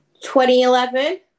2011